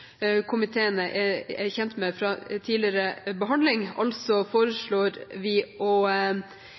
komiteen er kjent med fra tidligere behandling, altså foreslår vi å